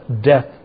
death